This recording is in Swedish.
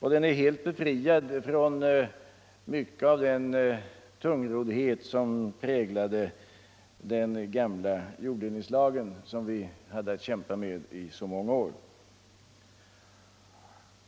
Den är helt befriad från mycket av den tungroddhet som präglade den gamla jorddelningslagen, som vi hade att kämpa med i så många år.